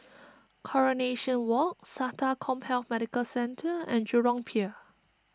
Coronation Walk Sata CommHealth Medical Centre and Jurong Pier